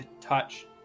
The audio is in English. touch